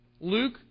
Luke